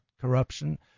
corruption